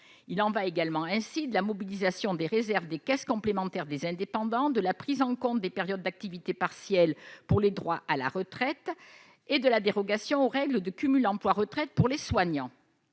Il en va également ainsi de la mobilisation des réserves des caisses complémentaires des indépendants, de la prise en compte des périodes d'activité partielle pour les droits à la retraite et de la dérogation aux règles de cumul emploi-retraite pour les soignants.